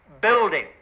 building